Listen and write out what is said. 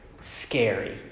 scary